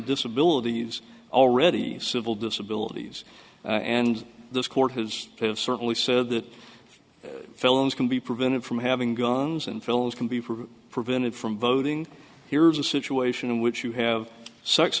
disabilities already civil disabilities and this court has certainly said that felons can be prevented from having guns in films can be for prevented from voting here's a situation in which you have sex